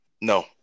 No